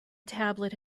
tablet